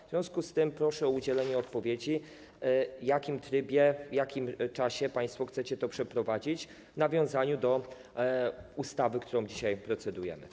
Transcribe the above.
W związku z tym proszę o udzielenie odpowiedzi: W jakim trybie, w jakim czasie państwo chcecie to przeprowadzić w nawiązaniu do ustawy, którą dzisiaj procedujemy?